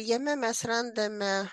jame mes randame